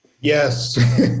Yes